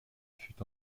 fut